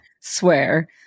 Swear